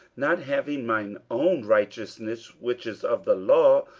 not having mine own righteousness, which is of the law,